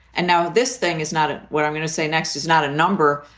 and now this thing is not what i'm going to say next is not a number.